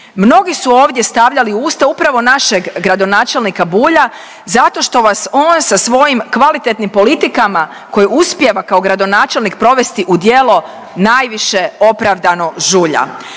Mnogi su ovdje stavljali u usta upravo našeg gradonačelnika Bulja zato što vas on sa svojim kvalitetnim politikama koje uspijeva kao gradonačelnik provesti u djelo najviše opravdano žulja,